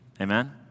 Amen